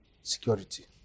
security